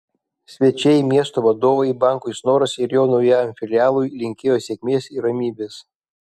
svečiai miesto vadovai bankui snoras ir jo naujajam filialui linkėjo sėkmės ir ramybės